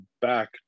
back